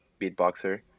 beatboxer